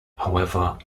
however